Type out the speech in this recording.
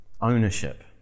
ownership